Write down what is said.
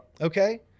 Okay